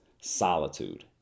solitude